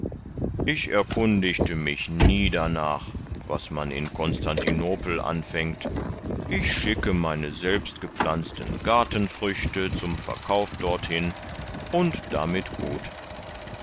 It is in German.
ich erkundigte mich nie danach was man in konstantinopel anfängt ich schicke meine selbstgepflanzten gartenfrüchte zum verkauf dorthin und damit gut